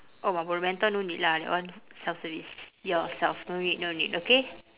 oh marlboro menthol no need lah that one self service yourself no need no need okay